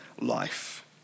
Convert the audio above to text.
life